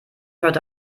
heute